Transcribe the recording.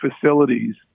facilities